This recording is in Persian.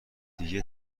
دیگه